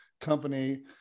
company